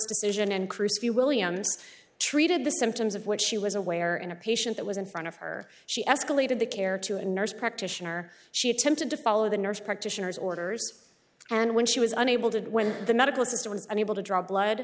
decision and crucify williams treated the symptoms of which she was aware in a patient that was in front of her she escalated the care to a nurse practitioner she attempted to follow the nurse practitioners orders and when she was unable to when the medical system was unable to draw blood